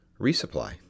resupply